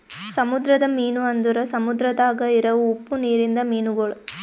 ಸಮುದ್ರದ ಮೀನು ಅಂದುರ್ ಸಮುದ್ರದಾಗ್ ಇರವು ಉಪ್ಪು ನೀರಿಂದ ಮೀನುಗೊಳ್